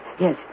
yes